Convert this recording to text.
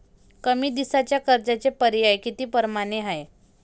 कमी दिसाच्या कर्जाचे पर्याय किती परमाने हाय?